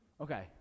Okay